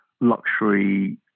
luxury